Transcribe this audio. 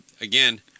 again